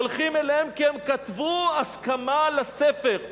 הולכים אליהם כי הם כתבו הסכמה לספר.